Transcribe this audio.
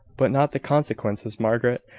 but not the consequences, margaret.